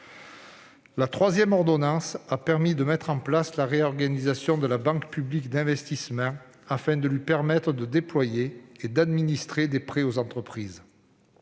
La troisième ordonnance a permis de mettre en place la réorganisation de la Banque publique d'investissement, afin de permettre à cet établissement de déployer et d'administrer des prêts aux entreprises.